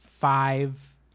Five